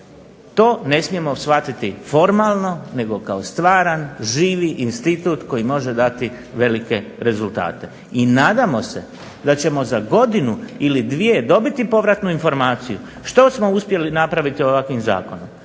to ne smijemo shvatiti formalno nego kao stvaran, živi institut koji može dati velike rezultate. I nadamo se da ćemo za godinu ili dvije dobiti povratnu informaciju što smo uspjeli napraviti ovakvim zakonom.